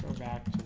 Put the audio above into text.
back